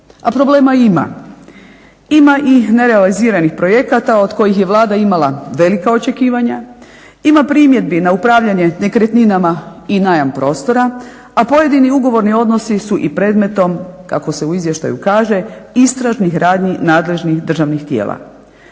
A problema ima, ima i nerealiziranih projekata od kojih je Vlada imala velika očekivanja, ima primjedbi na upravljanje nekretninama i najam prostora, a pojedini ugovorni odnosu su i predmetom, kako se u izvještaju kaže istražnih radnji nadležnih državnih tijela.